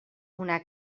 una